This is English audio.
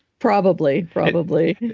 probably. probably.